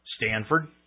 Stanford